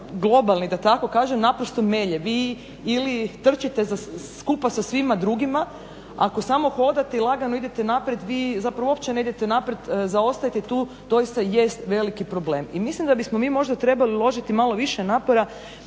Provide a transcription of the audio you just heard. globalni naprosto melje. Vi ili trčite skupa sa svima drugima, ako samo hodate i lagano idete naprijed vi ne idete naprijed, zaostajete tu doista jest veliki problem. I mislim da bismo mi možda trebali uložiti malo više napora